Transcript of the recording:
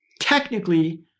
Technically